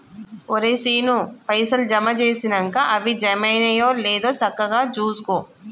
ఒరే శీనూ, పైసలు జమ జేసినంక అవి జమైనయో లేదో సక్కగ జూసుకో